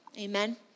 Amen